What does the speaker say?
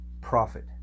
profit